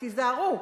תיזהרו,